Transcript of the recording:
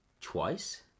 twice